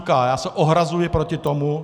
Já se ohrazuji proti tomu!